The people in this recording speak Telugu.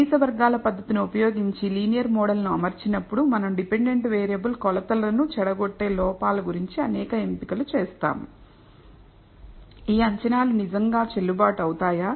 కనీస వర్గాల పద్ధతిని ఉపయోగించి లీనియర్ మోడల్ ను అమర్చినప్పుడు మనం డిపెండెంట్ వేరియబుల్ కొలతల ను చెడగొట్టే లోపాలు గురించి అనేక ఎంపికలు చేస్తాము ఈ అంచనాలు నిజంగా చెల్లుబాటు అవుతాయా